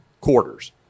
quarters